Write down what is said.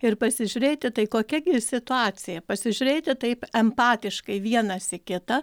ir pasižiūrėti tai kokia gi situacija pasižiūrėti taip empatiškai vienas į kitą